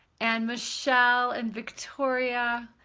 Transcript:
and michelle and victoria.